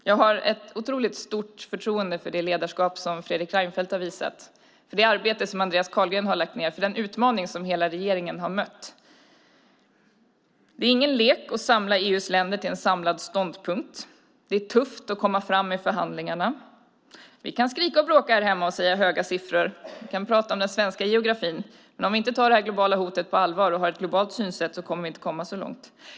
Jag har ett otroligt stort förtroende för det ledarskap som Fredrik Reinfeldt har visat, för det arbete som Andreas Carlgren har lagt ned och för den utmaning som hela regeringen har mött. Det är ingen lek att samla EU:s länder till en samlad ståndpunkt. Det är tufft att komma fram i förhandlingarna. Vi kan skrika och bråka här hemma och säga höga siffror. Vi kan prata om den svenska geografin. Men om vi inte tar det globala hotet på allvar och har ett globalt synsätt kommer vi inte att komma så långt.